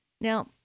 Now